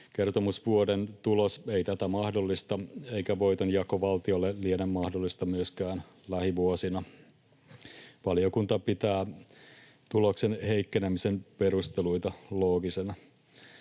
Kertomusvuoden tulos ei tätä mahdollista, eikä voitonjako valtiolle liene mahdollista myöskään lähivuosina. Valiokunta pitää tuloksen heikkenemisen perusteluita loogisina.